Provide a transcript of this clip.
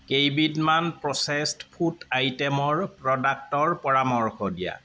কেইবিধমান processed food আইটেমৰ প্ৰডাক্টৰ পৰামৰ্শ দিয়া